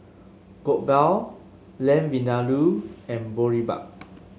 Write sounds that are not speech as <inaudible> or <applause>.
<unintelligible> Lamb Vindaloo and Boribap